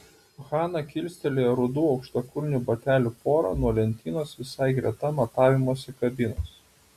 hana kilstelėjo rudų aukštakulnių batelių porą nuo lentynos visai greta matavimosi kabinos